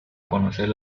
conocer